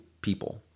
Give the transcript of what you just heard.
people